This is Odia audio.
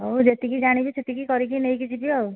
ହଉ ଯେତିକି ଜାଣିଛି ସେତିକି କରିକି ନେଇକି ଯିବି ଆଉ